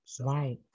right